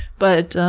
but